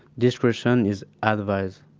discretion is advised